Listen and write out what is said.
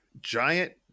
giant